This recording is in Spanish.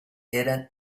eran